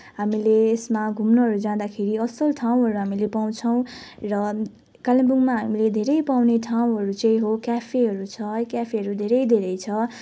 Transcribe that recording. हामीले यसमा घुम्नहरू जाँदाखेरि असल ठाउँहरू हामीले पाउँछौँ र कालेबुङमा हामीले धेरै पाउने ठाउँहरू चाहिँ हो क्याफेहरू छ क्याफेहरू धेरै धेरै छ